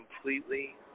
completely